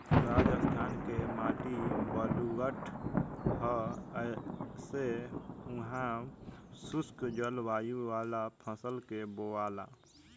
राजस्थान के माटी बलुअठ ह ऐसे उहा शुष्क जलवायु वाला फसल के बोआला